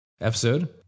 episode